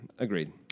Agreed